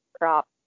crop